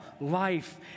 life